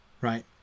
right